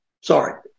Sorry